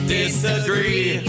disagree